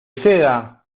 seda